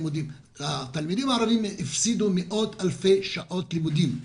התלמידים הערבים הפסידו מאות אלפי שעות לימודים.